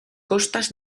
costas